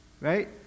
right